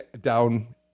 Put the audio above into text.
down